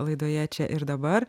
laidoje čia ir dabar